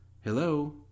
Hello